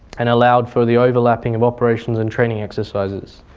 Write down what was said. and allowed for the overlapping of operations and training exercises.